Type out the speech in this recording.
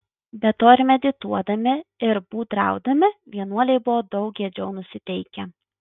be to ir medituodami ir būdraudami vienuoliai buvo daug giedriau nusiteikę